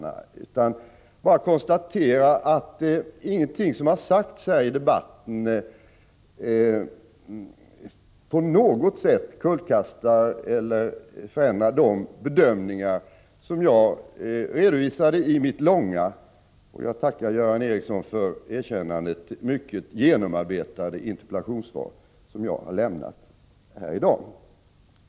Jag skall bara konstatera att ingenting av det som har sagts här i debatten på något sätt kullkastar eller förändrar de bedömningar som jag i dag har redovisat i mitt långa och — jag tackar Göran Ericsson för erkännandet - mycket genomarbetade interpellationssvar.